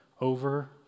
over